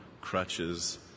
crutches